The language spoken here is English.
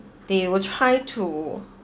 they will try to